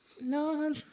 No